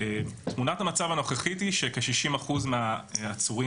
תמונת המצב הנוכחית היא שכ-60% מהעצורים